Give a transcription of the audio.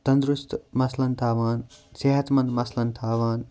تَنٛدرُستہٕ مَثلن تھاوان صحت مَنٛد مَثلن تھاوان